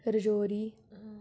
Rajouri